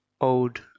old